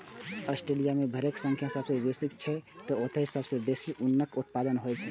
Australia मे भेड़क संख्या सबसं बेसी छै, तें ओतय सबसं बेसी ऊनक उत्पादन होइ छै